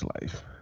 life